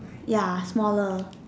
ya smaller